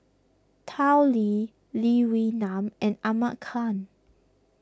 Tao Li Lee Wee Nam and Ahmad Khan